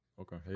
Okay